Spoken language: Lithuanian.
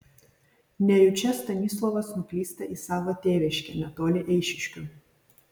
nejučia stanislovas nuklysta į savo tėviškę netoli eišiškių